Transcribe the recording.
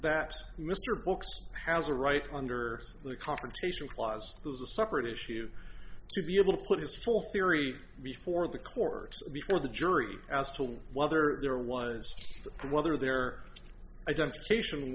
that mr brooks has a right under the confrontation clause this is a separate issue to be able to put his full theory before the court before the jury as to whether there was whether their identification